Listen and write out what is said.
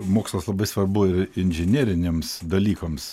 mokslas labai svarbu ir inžineriniams dalykams